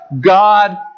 God